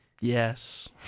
Yes